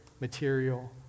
material